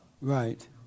Right